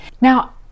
Now